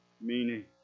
Meaning